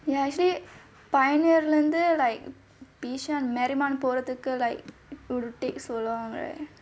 ya actually pioneer leh இருந்து:irunthu like bishan marymount போறதுக்கு:porathukku like will take so long right